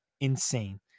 insane